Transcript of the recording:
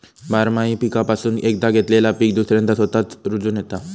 बारमाही पीकापासून एकदा घेतलेला पीक दुसऱ्यांदा स्वतःच रूजोन येता